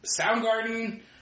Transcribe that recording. Soundgarden